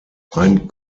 ein